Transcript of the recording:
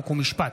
חוק ומשפט.